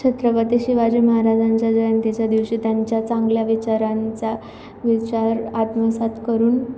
छत्रपती शिवाजी महाराजांच्या जयंतीच्या दिवशी त्यांच्या चांगल्या विचारांचा विचार आत्मसात करून